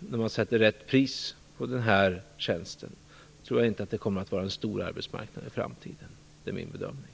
När man sätter rätt pris på den här tjänsten så tror jag inte att det kommer att vara en stor arbetsmarknad i framtiden. Det är min bedömning.